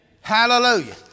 Hallelujah